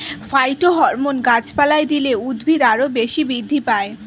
phytohormone গাছপালায় দিলে উদ্ভিদ আরও বেশি বৃদ্ধি পায়